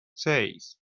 seis